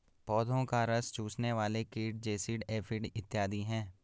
पौधों का रस चूसने वाले कीट जैसिड, एफिड इत्यादि हैं